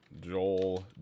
Joel